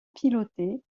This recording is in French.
piloté